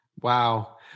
Wow